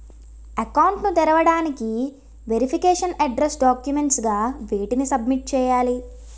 Account ను తెరవటానికి verification address documents గా వేటిని సబ్మిట్ చేయాలి?